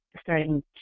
starting